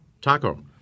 Taco